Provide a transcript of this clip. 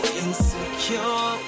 insecure